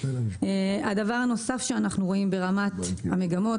הדבר הנוסף שאנחנו רואים ברמת המגמות.